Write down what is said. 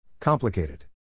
Complicated